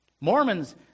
Mormons